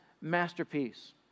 masterpiece